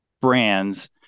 brands